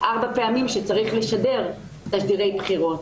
ארבע פעמים שצריך לשדר תשדירי בחירות.